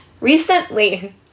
recently